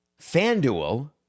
FanDuel